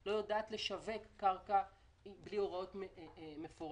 לא יודעת לשווק קרקע בלי הוראות מפורטות.